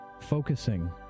Focusing